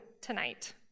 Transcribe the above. tonight